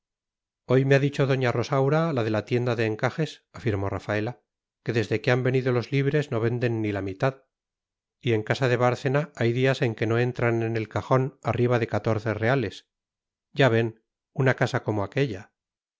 hoy me ha dicho doña rosaura la de la tienda de encajes afirmó rafaela que desde que han venido los libres no venden ni la mitad y en casa de bárcena hay días en que no entran en el cajón arriba de catorce reales ya ven una casa como aquélla